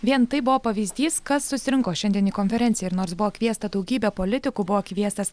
vien tai buvo pavyzdys kas susirinko šiandien į konferenciją ir nors buvo kviesta daugybė politikų buvo kviestas